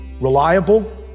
reliable